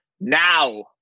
now